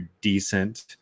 decent